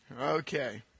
Okay